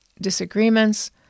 disagreements